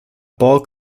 ball